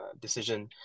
decision